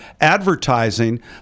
advertising